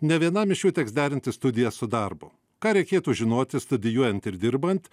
ne vienam iš jų teks derinti studijas su darbu ką reikėtų žinoti studijuojant ir dirbant